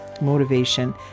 motivation